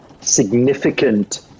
significant